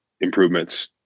improvements